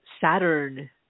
Saturn